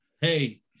hey